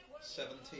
Seventeen